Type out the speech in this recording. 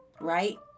right